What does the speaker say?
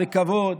בכבוד,